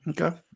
Okay